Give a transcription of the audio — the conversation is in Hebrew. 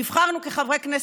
נבחרנו כחברי כנסת,